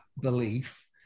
belief